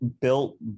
built